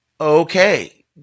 okay